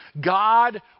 God